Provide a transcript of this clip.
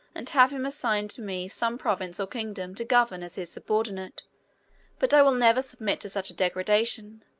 and have him assign to me some province or kingdom to govern as his subordinate but i will never submit to such a degradation.